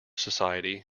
society